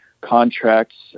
contracts